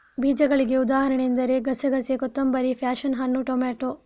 ಬೀಜಗಳಿಗೆ ಉದಾಹರಣೆ ಎಂದರೆ ಗಸೆಗಸೆ, ಕೊತ್ತಂಬರಿ, ಪ್ಯಾಶನ್ ಹಣ್ಣು, ಟೊಮೇಟೊ